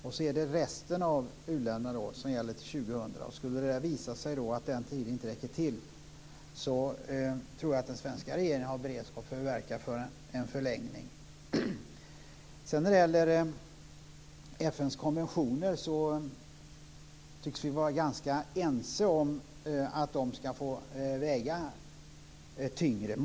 För resten av uländerna gäller det till år 2000. Skulle det visa sig att den tiden inte räcker till tror jag att den svenska regeringen har beredskap att verka för en förlängning. Att FN:s konventioner skall få väga tyngre tycks vi vara ganska ense om.